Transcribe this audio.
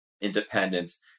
independence